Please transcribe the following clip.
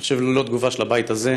אני חושב, ללא תגובה של הבית הזה.